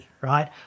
right